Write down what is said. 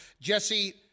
Jesse